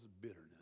bitterness